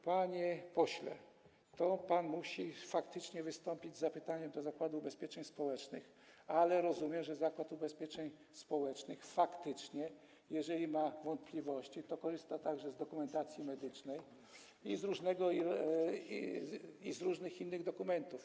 Panie pośle, musi pan faktycznie wystąpić z zapytaniem do Zakładu Ubezpieczeń Społecznych, ale rozumiem, że Zakład Ubezpieczeń Społecznych faktycznie, jeżeli ma wątpliwości, to korzysta także z dokumentacji medycznej i z różnych innych dokumentów.